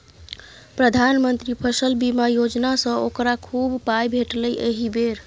प्रधानमंत्री फसल बीमा योजनासँ ओकरा खूब पाय भेटलै एहि बेर